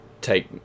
take